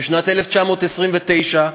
בשנת 1929,